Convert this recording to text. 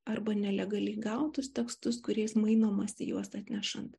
arba nelegaliai gautus tekstus kuriais mainomasi juos atnešant